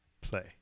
play